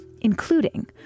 including